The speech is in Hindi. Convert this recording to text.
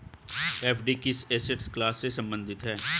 एफ.डी किस एसेट क्लास से संबंधित है?